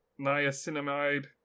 niacinamide